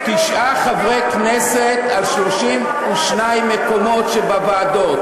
תשעה חברי כנסת על 32 מקומות שבוועדות.